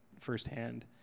firsthand